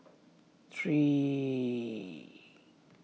three